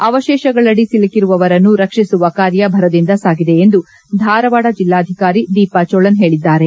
ಅವತೇಷಗಳಡಿ ಒಲುಕಿರುವವರನ್ನು ರಕ್ಷಿಸುವ ಕಾರ್ಯ ಭರದಿಂದ ಸಾಗಿದೆ ಎಂದು ಧಾರವಾಡ ಜೆಲ್ಲಾಧಿಕಾರಿ ದೀಪಾ ಚೋಳನ್ ಹೇಳಿದ್ದಾರೆ